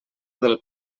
del